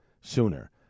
sooner